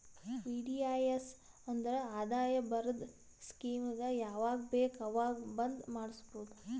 VDIS ಅಂದುರ್ ಆದಾಯ ಬರದ್ ಸ್ಕೀಮಗ ಯಾವಾಗ ಬೇಕ ಅವಾಗ್ ಬಂದ್ ಮಾಡುಸ್ಬೋದು